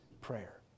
prayer